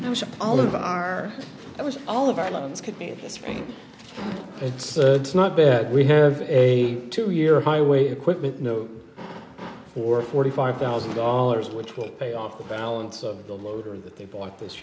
so all of our it was all of our lines could be this rain it's not bad we have a two year highway equipment know for forty five thousand dollars which will pay off the balance of the loader that they bought this